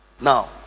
Now